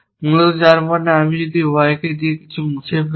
মূলত যার মানে আমি যদি Y থেকে কিছু মুছে ফেলি